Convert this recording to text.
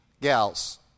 gals